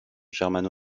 germano